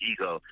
Ego